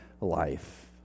life